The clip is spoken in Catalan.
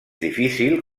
difícil